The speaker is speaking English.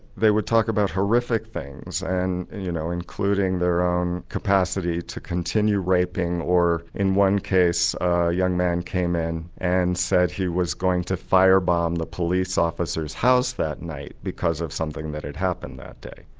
they would talk about horrific things and and you know including their own capacity to continue raping or, in one case, a young man came in and said he was going to fire-bomb the police officer's house that night because of something that had happened that day.